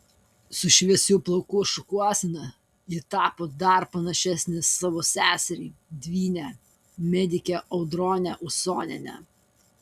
su šviesių plaukų šukuosena ji tapo dar panašesnė į savo seserį dvynę medikę audronę usonienę